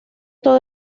todo